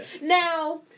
Now